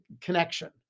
connection